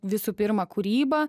visų pirma kūryba